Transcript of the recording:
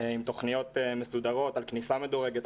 צריכות להיות תכניות מסודרות על כניסה מדורגת,